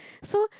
so